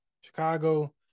Chicago